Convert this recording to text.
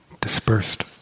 dispersed